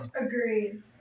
Agreed